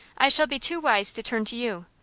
i shall be too wise to turn to you.